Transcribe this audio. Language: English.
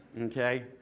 Okay